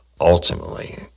ultimately